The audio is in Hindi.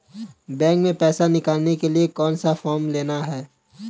बैंक में पैसा निकालने के लिए कौन सा फॉर्म लेना है?